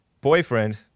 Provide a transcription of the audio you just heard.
boyfriend